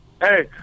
Hey